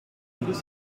deux